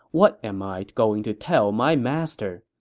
what am i going to tell my master?